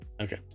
Okay